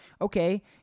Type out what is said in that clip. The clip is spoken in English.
okay